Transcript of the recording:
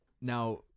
Now